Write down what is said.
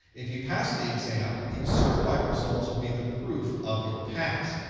if you pass the exam, the certified results will be the proof of your pass.